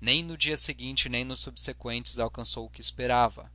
nem no dia seguinte nem nos subseqüentes alcançou o que esperava